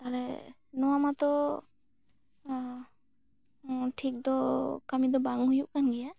ᱛᱟᱦᱚᱞᱮ ᱱᱚᱣᱟ ᱢᱟᱛᱚ ᱴᱷᱤᱠ ᱫᱚ ᱠᱟᱹᱢᱤ ᱫᱚ ᱵᱟᱝ ᱦᱩᱭ ᱠᱟᱱ ᱜᱮᱭᱟ